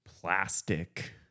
plastic